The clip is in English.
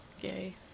Yay